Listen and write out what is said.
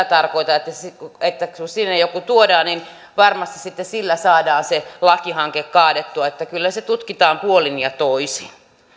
tarkoita että kun sinne joku tuodaan niin varmasti sitten sillä saadaan se lakihanke kaadettua kyllä se tutkitaan puolin ja toisin